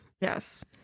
yes